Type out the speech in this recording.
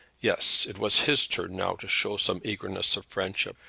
yes it was his turn now to show some eagerness of friendship,